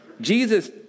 Jesus